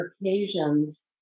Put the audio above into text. occasions